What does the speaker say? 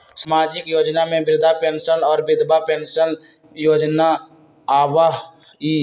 सामाजिक योजना में वृद्धा पेंसन और विधवा पेंसन योजना आबह ई?